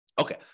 Okay